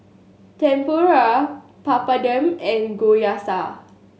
Tempura Papadum and Gyoza